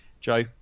Joe